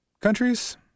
countries